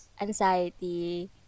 anxiety